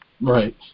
Right